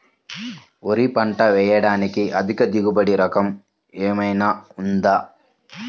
వరి పంట వేయటానికి అధిక దిగుబడి రకం ఏమయినా ఉందా?